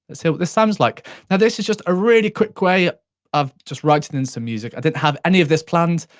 what this sounds like. now this is just a really quick way of just writing in some music. i didn't have any of this planned,